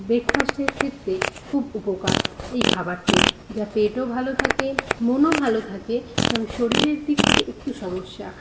ব্রেকফাস্টের ক্ষেত্রে খুব উপকার এই খাবারটি যা পেটও ভালো থাকে মনও ভালো থাকে তবে শরীরের দিক থেকে একটু সমস্যা